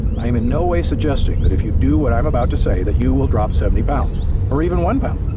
i am in no way suggesting that if you do what i'm about to say that you will drop seventy pounds or even one pound.